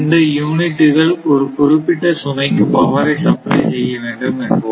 இந்த யூனிட்டுகள் ஒரு குறிப்பிட்ட சுமைக்கு பவரை சப்ளை செய்ய வேண்டும் என்போம்